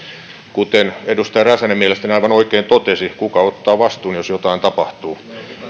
kuten edustaja räsänen mielestäni aivan oikein totesi kuka ottaa vastuun jos jotain tapahtuu valtio